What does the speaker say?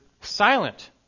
silent